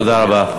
תודה רבה.